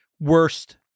worst